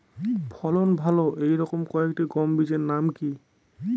ফলন ভালো এই রকম কয়েকটি গম বীজের নাম কি?